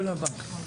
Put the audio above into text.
לדיון הבא.